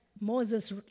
Moses